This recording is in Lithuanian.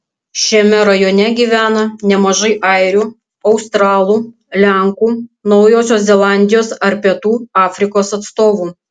šiame rajone gyvena nemažai airių australų lenkų naujosios zelandijos ar pietų afrikos atstovų